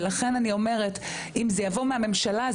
ולכן אני אומרת אם זה יבוא מהממשלה,